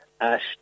ash